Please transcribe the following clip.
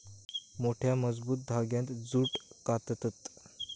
मोठ्या, मजबूत धांग्यांत जूट काततत